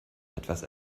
etwas